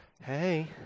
Hey